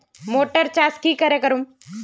Motor चास की करे करूम?